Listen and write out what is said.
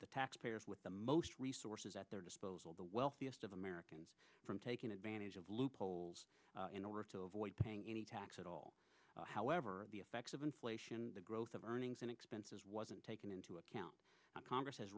the tax payers with the most resources at their disposal the wealthiest of americans from taking advantage of loopholes in order to avoid paying any tax at all however the effects of inflation the growth of earnings and expenses wasn't taken into account congress has